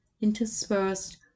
interspersed